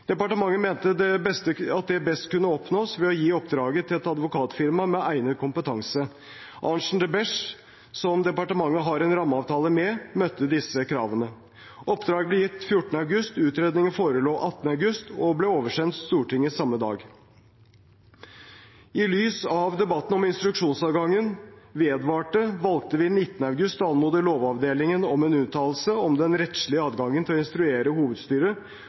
Departementet mente at det best kunne oppnås ved å gi oppdraget til et advokatfirma med egnet kompetanse. Arntzen de Besche, som departementet har en rammeavtale med, møtte disse kravene. Oppdraget ble gitt 14. august, utredningen forelå 18. august og ble oversendt Stortinget samme dag. I lys av at debatten om instruksjonsadgangen vedvarte, valgte vi 19. august å anmode Lovavdelingen om en uttalelse om den rettslige adgangen til å instruere hovedstyret